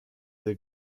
der